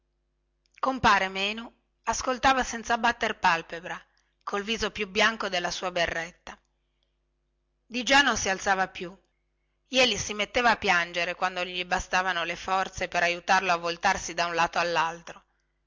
compare menu ascoltava senza batter palpebra col viso più bianco della sua berretta diggià non si alzava più jeli si metteva a piangere quando non gli bastavano le forze per aiutarlo a voltarsi da un lato allaltro